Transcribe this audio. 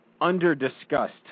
under-discussed